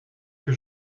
que